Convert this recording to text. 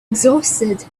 exhausted